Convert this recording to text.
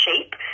shape